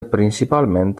principalment